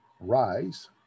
rise